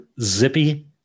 zippy